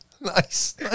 Nice